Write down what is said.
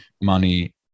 money